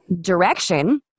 direction